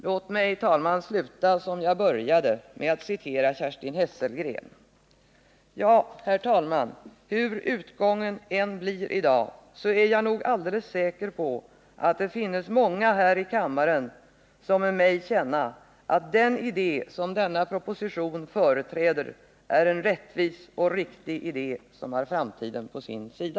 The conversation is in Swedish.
Låt mig, herr talman, sluta som jag började med att citera Kerstin Hesselgren: ”Ja, herr talman, hur än utgången blir i dag, så är jag nog alldeles säker på, att det finnes många här i kammaren, som med mig känna, att den idé, som denna proposition företräder är en rättvis och riktig idé, som har framtiden på sin sida.”